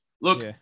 look